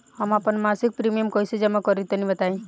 हम आपन मसिक प्रिमियम कइसे जमा करि तनि बताईं?